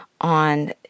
on